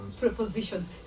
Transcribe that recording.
prepositions